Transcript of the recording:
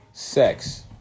Sex